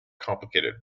complicated